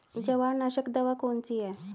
जवारनाशक दवा कौन सी है?